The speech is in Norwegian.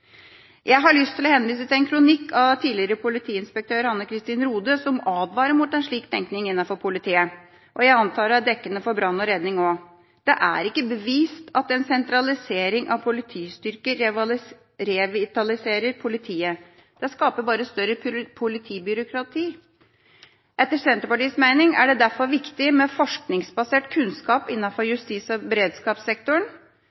til en kronikk av tidligere politidirektør Hanne Kristin Rohde, som advarer mot en slik tekning i politiet, og jeg antar at det også er dekkende for brann og redning. Det er ikke bevist at en sentralisering av politistyrker revitaliserer politiet. Det skaper bare større politibyråkrati. Etter Senterpartiets mening er det derfor viktig med forskningsbasert kunnskap